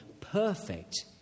perfect